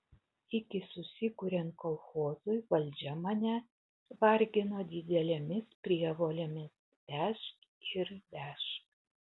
iki susikuriant kolchozui valdžia mane vargino didelėmis prievolėmis vežk ir vežk